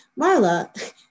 Marla